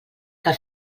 que